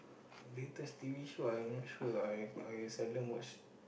latest t_v show I'm not sure I I seldom watch